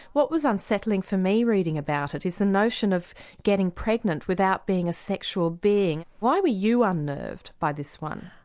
what was unsettling for me reading about it is the notion of getting pregnant without being a sexual being. why were you unnerved by this one?